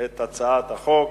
את הצעת החוק.